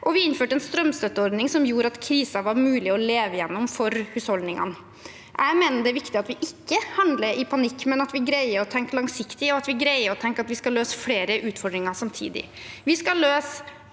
vi innførte en strømstøtteordning som gjorde at krisen var mulig å leve gjennom for husholdningene. Jeg mener det er viktig at vi ikke handler i panikk, men at vi greier å tenke langsiktig, og at vi greier å tenke at vi skal løse flere utfordringer samtidig.